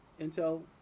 Intel